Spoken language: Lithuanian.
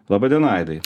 laba diena aidai